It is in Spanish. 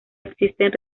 existen